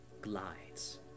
glides